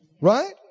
Right